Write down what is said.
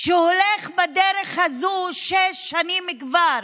שהולך בדרך הזו שש שנים כבר,